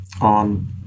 on